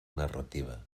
narrativa